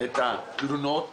את התלונות